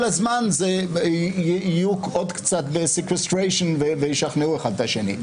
כל הזמן יהיו עוד קצת ב-sequestration וישכנעו אחד את השני,